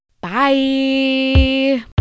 Bye